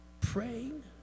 praying